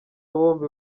bombi